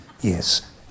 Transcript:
Yes